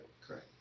correct